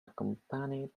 accompanied